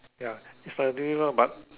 ya is like doing well but